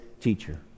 teacher